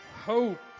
hope